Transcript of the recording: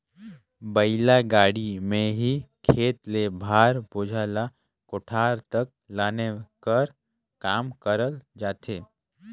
बइला गाड़ी मे ही खेत ले भार, बोझा ल कोठार तक लाने कर काम करल जाथे